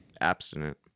abstinent